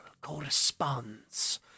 corresponds